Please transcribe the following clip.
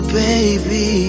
baby